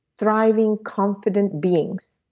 thriving, confident beings.